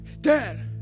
Dad